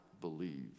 believe